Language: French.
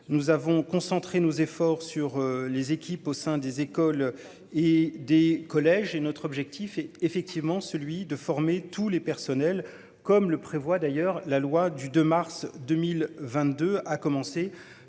nous avons concentré nos efforts sur les équipes au sein des écoles et des collèges et notre objectif est effectivement celui de former tous les personnels comme le prévoit d'ailleurs la loi du 2 mars 2022 à commencer